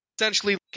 Essentially